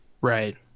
right